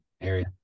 area